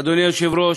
אדוני היושב-ראש,